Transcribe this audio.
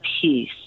peace